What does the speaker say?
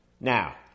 Now